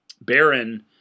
baron